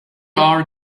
are